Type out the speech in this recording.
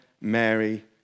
Mary